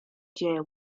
dzieła